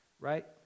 Right